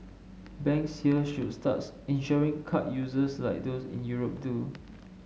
banks here should start insuring card users like those in Europe do